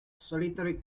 solitary